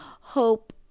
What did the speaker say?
hope